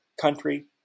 country